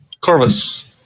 Corvus